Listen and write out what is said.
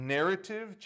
Narrative